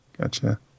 Gotcha